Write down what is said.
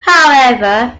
however